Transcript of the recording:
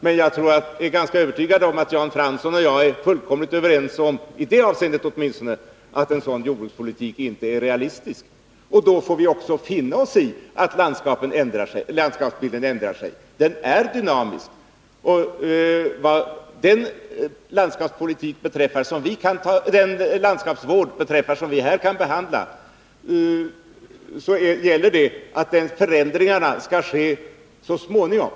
Men jag är ganska övertygad om att Jan Fransson och jag är fullkomligt överens om att en sådan jordbrukspolitik inte är realistisk. Då får vi också finna oss i att landskapsbilden ändrar sig. Naturen är dynamisk. Målsättningen för den landskapsvård som vi här kan behandla måste vara att förändringarna skall ske så småningom.